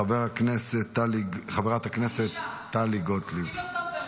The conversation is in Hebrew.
חברת הכנסת טלי גוטליב.